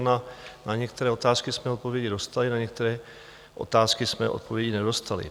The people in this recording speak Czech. Na některé otázky jsme odpovědi dostali, na některé otázky jsme odpovědi nedostali.